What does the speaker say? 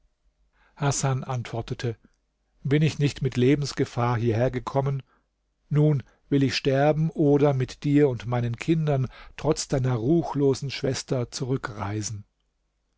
hasan antwortete bin ich nicht mit lebensgefahr hierher gekommen nun will ich sterben oder mit dir und meinen kindern trotz deiner ruchlosen schwester zurückreisen